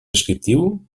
descriptiu